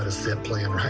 ah set plan.